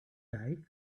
day